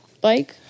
bike